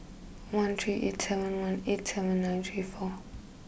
one three eight seven one eight seven nine three four